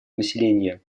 населения